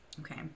Okay